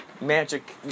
magic